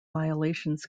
violations